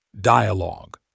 Dialogue